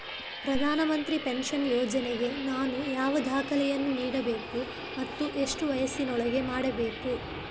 ಪ್ರಧಾನ ಮಂತ್ರಿ ಪೆನ್ಷನ್ ಯೋಜನೆಗೆ ನಾನು ಯಾವ ದಾಖಲೆಯನ್ನು ನೀಡಬೇಕು ಮತ್ತು ಎಷ್ಟು ವಯಸ್ಸಿನೊಳಗೆ ಮಾಡಬೇಕು?